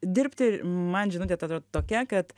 dirbti man žinutė ta atrodo tokia kad